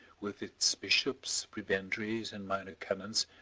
with its bishops, prebendaries, and minor canons,